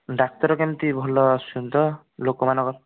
ଡାକ୍ତର କେମିତି ଭଲ ଆସୁଛନ୍ତି ତ ଲୋକମାନଙ୍କର